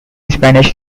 spanish